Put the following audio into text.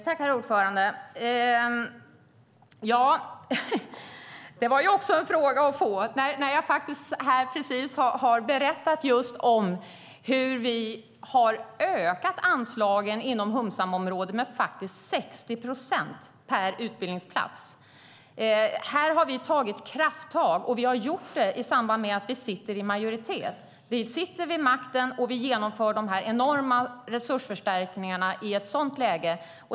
Herr talman! Det var också en fråga att få! Jag har precis berättat om hur vi har ökat anslagen inom humsamområdet med 60 procent per utbildningsplats. Här har vi gjort krafttag, och det har vi gjort i samband med att vi sitter i majoritet. Vi sitter vid makten, och vi genomför de enorma resursförstärkningarna i ett sådant läge.